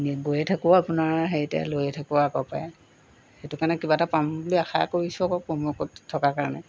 গৈয়ে থাকোঁ আপোনাৰ হেৰিতে লৈয়ে থাকোঁ আগৰ পৰাই সেইটো কাৰণে কিবা এটা পাম বুলি আশা কৰিছোঁ আকৌ প্ৰ'ম' ক'ড থকাৰ কাৰণে